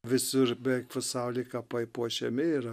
visur beveik pasauly kapai puošiami yra